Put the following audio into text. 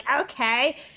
Okay